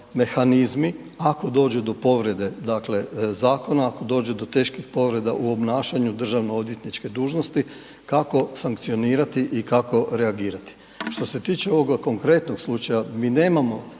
mehanizmi ako dođe do povrede, dakle, zakona, ako dođe do teških povreda u obnašanju državnoodvjetničke dužnosti, kako sankcionirati i kako reagirati. Što se tiče ovoga konkretnog slučaja, mi nemamo